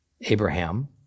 Abraham